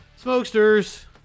Smokesters